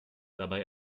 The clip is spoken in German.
dabei